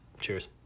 Cheers